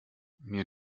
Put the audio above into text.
mir